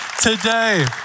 today